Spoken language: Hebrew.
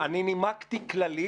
אני נימקתי כללית.